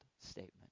statement